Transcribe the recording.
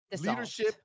leadership